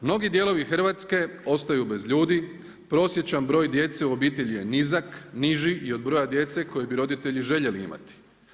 Mnogi dijelovi Hrvatske ostaju bez ljudi, prosječan broj djece u obitelji je nizak, niži i od broja djece koji bi roditelji željeli imati.